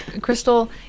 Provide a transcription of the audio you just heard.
Crystal